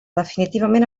definitivament